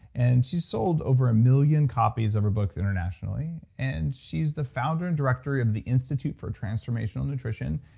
and she's sold over a million copies of her book internationally, and she's the founder and director of the institute for transformational nutrition.